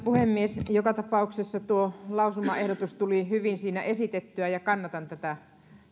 puhemies joka tapauksessa tuo lausumaehdotus tuli hyvin siinä esitettyä ja kannatan tätä